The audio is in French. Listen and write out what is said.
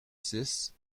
six